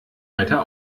weiter